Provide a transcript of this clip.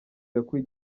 yakuye